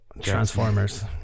Transformers